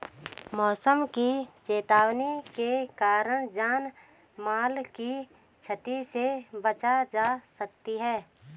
मौसम की चेतावनी के कारण जान माल की छती से बचा जा सकता है